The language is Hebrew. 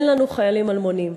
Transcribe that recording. אין לנו חיילים אלמונים,